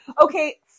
okay